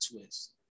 twist